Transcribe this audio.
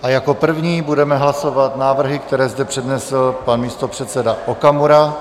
A jako první budeme hlasovat návrhy, které zde přednesl pan místopředseda Okamura.